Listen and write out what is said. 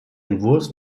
entwurfs